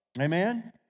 Amen